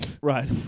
right